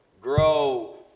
grow